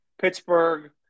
Pittsburgh